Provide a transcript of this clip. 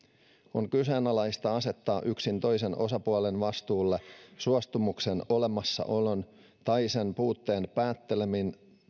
on kyseenalaista asettaa yksin toisen osapuolen vastuulle suostumuksen olemassaolon tai sen puutteen päätteleminen